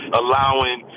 allowing